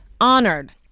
Honored